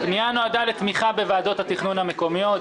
הפנייה נועדה לתמיכה בוועדות התכנון המקומיות,